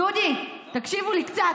דודי, תקשיבו לי קצת.